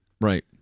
Right